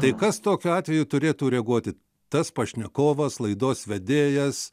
tai kas tokiu atveju turėtų reaguoti tas pašnekovas laidos vedėjas